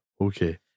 Okay